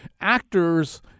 actors